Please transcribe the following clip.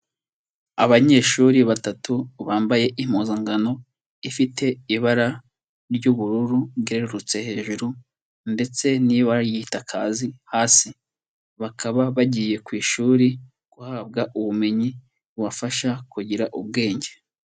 Abanyeshuri batatu bambaye impuzangano ifite ibara ry'ubururu ryerurutse hejuru ndetse n'ibara ry'igitakazi hasi, bakaba bagiye ku ishuri guhabwa ubumenyi bubafasha kugira ubwenge.